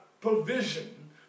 provision